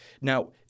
Now